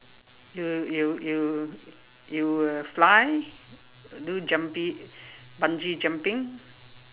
you you you you will fly do jumping bungee jumping